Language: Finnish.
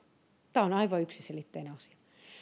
tämä on aivan yksiselitteinen asia